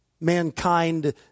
mankind